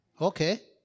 Okay